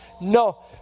No